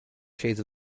shades